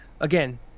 again